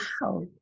wow